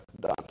Done